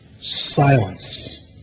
silence